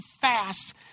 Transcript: fast